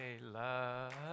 Love